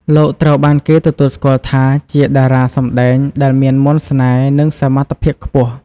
លោកត្រូវបានគេទទួលស្គាល់ថាជាតារាសម្ដែងដែលមានមន្តស្នេហ៍និងសមត្ថភាពខ្ពស់។